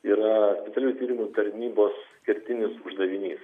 yra specialiųjų tyrimų tarnybos kertinis uždavinys